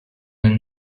and